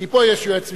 כי פה יש יועץ משפטי,